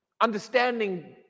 understanding